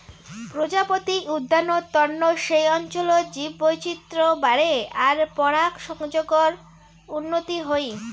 প্রজাপতি উদ্যানত তন্ন সেই অঞ্চলত জীববৈচিত্র বাড়ে আর পরাগসংযোগর উন্নতি হই